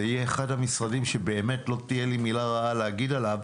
זה יהיה אחד המשרדים שבאמת לא תהיה לי מילה רעה להגיד עליו.